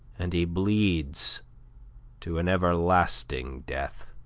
and he bleeds to an everlasting death.